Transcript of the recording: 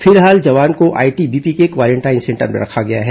फिलहाल जवान को आईटीबीपी के क्वारेंटाइन सेंटर में रखा गया है